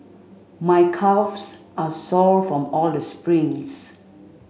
my calves are sore from all the sprints